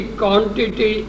quantity